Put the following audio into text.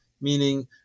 meaning